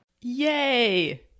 Yay